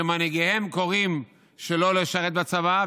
שמנהיגיהם קוראים שלא לשרת בצבא,